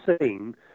seen